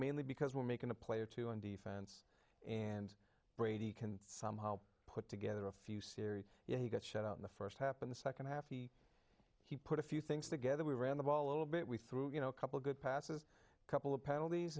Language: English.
mainly because we're making a play or two on defense and brady can somehow put together a few series he got shut out in the first happen the second half he he put a few things together we ran the ball a little bit we threw you know a couple good passes a couple of penalties